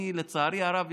לצערי הרב,